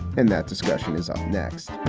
and that discussion is um next